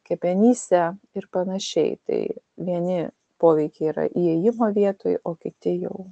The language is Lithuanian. kepenyse ir panašiai tai vieni poveikiai yra įėjimo vietoj o kiti jau